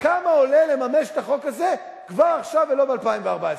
כמה עולה לממש את החוק הזה כבר עכשיו ולא ב-2014?